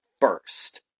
first